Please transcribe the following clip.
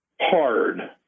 hard